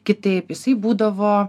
kitaip jisai būdavo